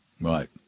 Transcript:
Right